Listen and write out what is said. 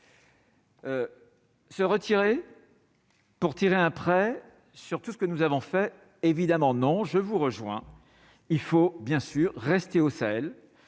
Se retirer pour tirer un prêt surtout ce que nous avons fait, évidemment, non, je vous rejoins, il faut bien sûr rester au Sahel